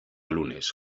lunes